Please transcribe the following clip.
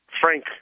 Frank